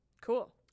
Cool